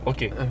Okay